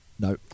No